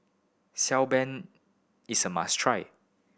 Xi Ban is a must try